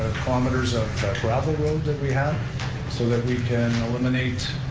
kilometers of gravel road that we have so that we can eliminate